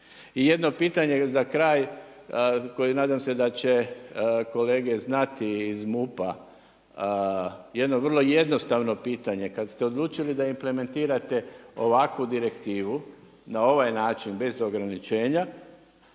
jedno pitanje za kraj, koje nadam se da će kolege znati iz MUP-a. Jedno vrlo jednostavno pitanje. Kad ste odlučili da implementirate ovakvu direktivu, na ovaj način, bez ograničenja,